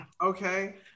okay